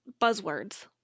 buzzwords